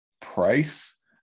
price